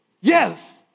Yes